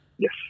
yes